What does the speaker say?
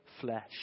flesh